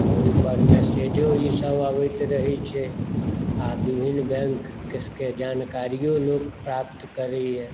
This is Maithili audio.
ओहिपर मैसेजो ई सभ अबैत रहै छै आ विभिन्न बैंकके जानकारियो लोक प्राप्त करैया